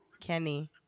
Kenny